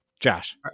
Josh